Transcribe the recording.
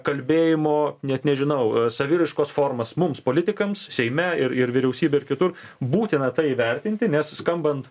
kalbėjimo net nežinau saviraiškos formas mums politikams seime ir ir vyriausybėj ir kitur būtina tai įvertinti nes skambant